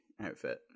outfit